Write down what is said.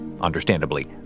Understandably